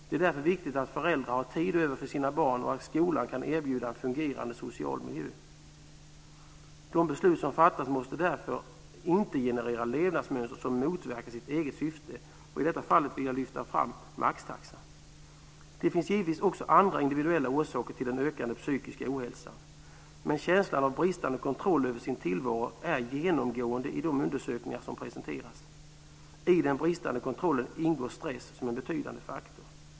Det är därför viktigt att föräldrar har tid för sina barn och att skolan kan erbjuda en fungerande social miljö. De beslut som fattas får därför inte generera levnadsmönster som motverkar sitt eget syfte. I detta fall vill jag lyfta fram maxtaxan. Det finns givetvis också andra individuella orsaker till den ökande psykiska ohälsan, men känslan av bristande kontroll över sin tillvaro är genomgående i de undersökningar som presenteras. I den bristande kontrollen ingår stress som en betydande faktor.